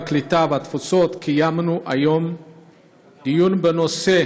הקליטה והתפוצות קיימנו היום דיון בנושא: